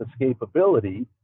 escapability